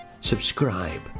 subscribe